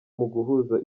guhuza